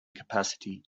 capacity